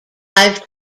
i’ve